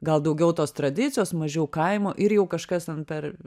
gal daugiau tos tradicijos mažiau kaimo ir jau kažkas ten per